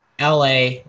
LA